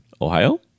Ohio